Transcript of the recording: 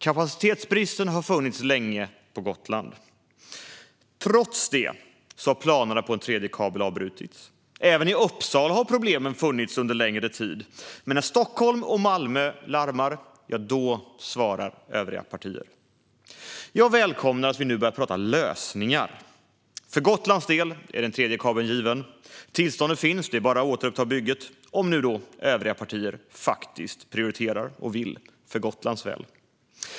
Kapacitetsbristen har funnits länge på Gotland. Trots det har planerna på en tredje kabel avbrutits. Även i Uppsala har problemen funnits under längre tid. Men när Stockholm och Malmö larmar, då svarar övriga partier. Jag välkomnar att vi nu börjar prata lösningar. För Gotlands del är den tredje kabeln given. Tillståndet finns; det är bara att återuppta bygget - om nu övriga partier faktiskt prioriterar det och vill Gotlands väl.